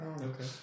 okay